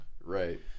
Right